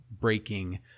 breaking